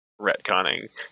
retconning